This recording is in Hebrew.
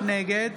נגד